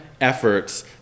efforts